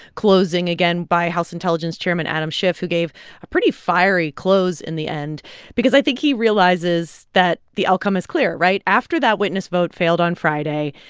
closing again by house intelligence chairman adam schiff, who gave a pretty fiery close in the end because, i think, he realizes that the outcome is clear, right? after that witness vote failed on friday,